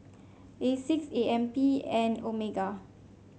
Asics A M P and Omega